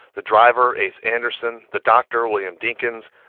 the driver, ace anderson, the doctor, william dinkins.